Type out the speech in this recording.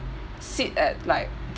sit at like